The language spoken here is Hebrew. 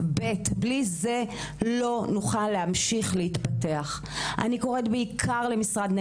וכמובן אנחנו תמיד בשיח עם הרשות של הבדואים